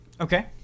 okay